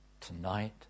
Tonight